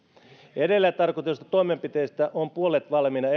edellä tarkoitetuista toimenpiteistä on puolet valmiina